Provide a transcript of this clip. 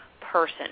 person